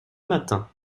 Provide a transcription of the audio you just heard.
matin